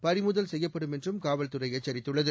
பறிமுதல் செப்யப்படும் என்றும் காவல்துறை எச்சரித்துள்ளது